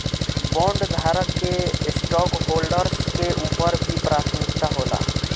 बॉन्डधारक के स्टॉकहोल्डर्स के ऊपर भी प्राथमिकता होला